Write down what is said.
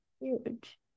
Huge